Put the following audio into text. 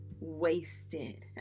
wasted